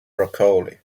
broccoli